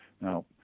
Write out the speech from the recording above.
Now